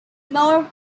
more